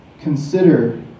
consider